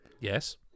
Yes